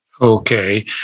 Okay